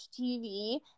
TV